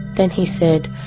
then he said,